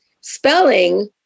spelling